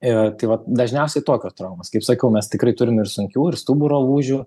ir tai va dažniausiai tokios traumos kaip sakau mes tikrai turime ir sunkių ir stuburo lūžių